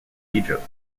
egypt